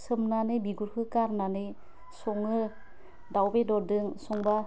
सोमनानै बिगुरखौ गारनानै सङो दाव बेदरदों संबा